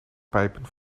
pijpen